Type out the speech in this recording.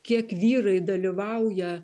kiek vyrai dalyvauja